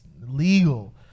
legal